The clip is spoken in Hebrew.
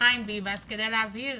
לחיים ביבס כדי להבהיר